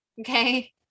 okay